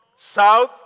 south